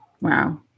Wow